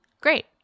Great